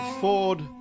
Ford